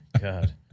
God